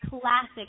classic